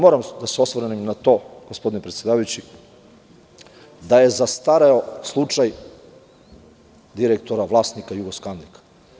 Moram da se osvrnem na to gospodine predsedavajući, da je zastareo slučaj direktora i vlasnika „Jugoskandika“